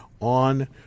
on